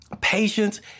Patience